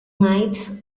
night